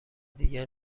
دیگر